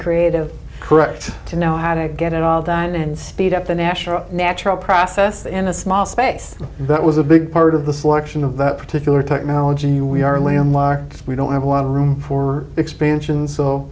creative correct to know how to get all that and speed up the national natural process in a small space that was a big part of the selection of that particular technology we are landlocked we don't have a lot of room for expansion so